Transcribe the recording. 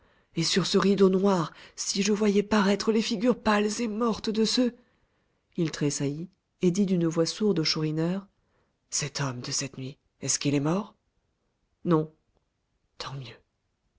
et sur ce rideau noir si je voyais paraître les figures pâles et mortes de ceux il tressaillit et dit d'une voix sourde au chourineur cet homme de cette nuit est-ce qu'il est mort non tant mieux